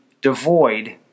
devoid